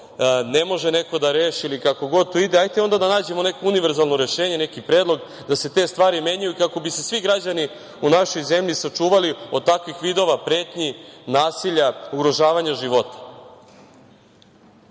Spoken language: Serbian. ne može neko da reši ili kako god to ide ajte onda da nađemo neko univerzalno rešenje, neki predlog da se te stvari menjaju kako bi se svi građani u našoj zemlji sačuvali od takvih vidova pretnji, nasilja, ugrožavanja života. Iz